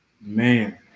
man